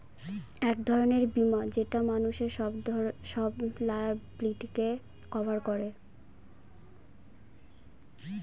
এক ধরনের বীমা যেটা মানুষের সব লায়াবিলিটিকে কভার করে